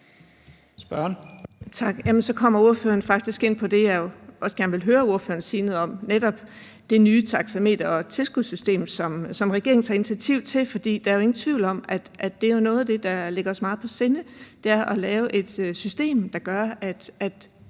Vind (S): Tak. Så kommer ordføreren faktisk ind på det, jeg også gerne vil høre ordføreren sige noget om, altså netop det nye taksameter og tilskudssystemet, som regeringen tager initiativ til. For der er jo ingen tvivl om, at det er noget af det, der ligger os meget på sinde, altså at lave et system, der gør, at